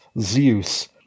Zeus